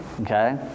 okay